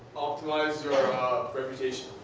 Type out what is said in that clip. optimize your reputation.